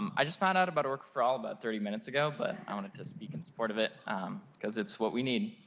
um i just found about orca for all about thirty minutes ago. but i wanted to speak in support of it because it's what we need.